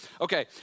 Okay